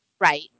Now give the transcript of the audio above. Right